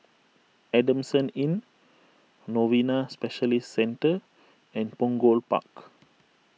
Adamson Inn Novena Specialist Centre and Punggol Park